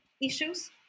issues